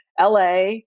LA